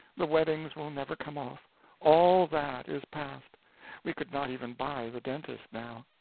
the weddings will never come off all that is past we could not even buy the dentist, now.